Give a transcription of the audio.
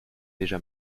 déjà